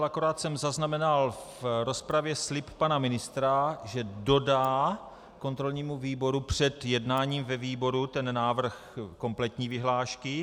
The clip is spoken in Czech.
Akorát jsem zaznamenal v rozpravě slib pana ministra, že dodá kontrolnímu výboru před jednáním ve výboru návrh kompletní vyhlášky.